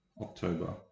October